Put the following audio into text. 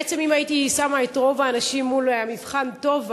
בעצם אם הייתי שמה את רוב האנשים מול מבחן TOVA,